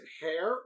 hair